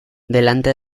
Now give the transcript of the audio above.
delante